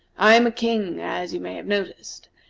i am a king, as you may have noticed,